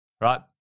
right